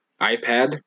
iPad